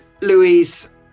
louise